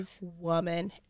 woman